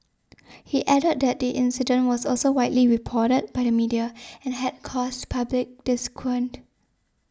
he added that the incident was also widely reported by the media and had caused public disquiet